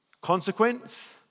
consequence